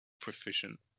proficient